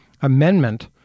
Amendment